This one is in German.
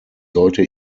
sollte